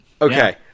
Okay